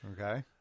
Okay